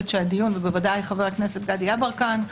ובוודאי חבר הכנסת גדי יברקן,